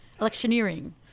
electioneering